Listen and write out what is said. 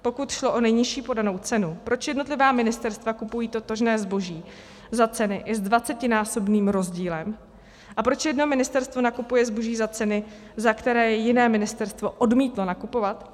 Pokud šlo o nejnižší podanou cenu, proč jednotlivá ministerstva kupují totožné zboží za ceny i s dvacetinásobným rozdílem a proč jedno ministerstvo nakupuje zboží za ceny, za které je jiné ministerstvo odmítlo nakupovat?